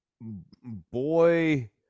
Boy